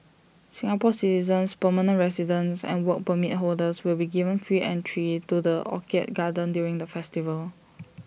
Singapore citizens permanent residents and Work Permit holders will be given free entry to the orchid garden during the festival